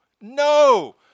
No